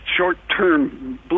short-term